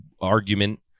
argument